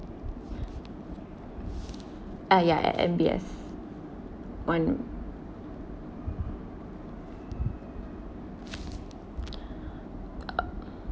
uh ya M_B_S one uh